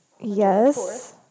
Yes